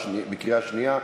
בקריאה שנייה.